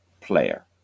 player